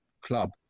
club